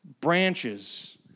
branches